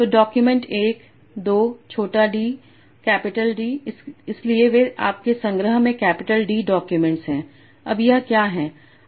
तो डॉक्यूमेंट 1 2 छोटा d capital D इसलिए वे आपके संग्रह में कैपिटल D डॉक्यूमेंट हैं अब यह क्या है